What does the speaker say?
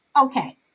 okay